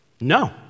No